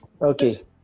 okay